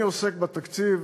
אני עוסק בתקציב,